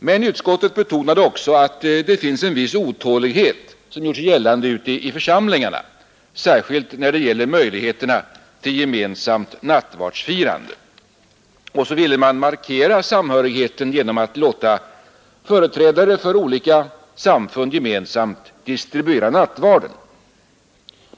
Men utskottet betonade också att det finns en viss otålighet som gjort sig gällande ute i församlingarna särskilt när det gäller möjligheterna till gemensamt nattvardsfirande och så ville man markera samhörigheten genom att låta företrädare för olika samfund gemensamt distribuera nattvarden.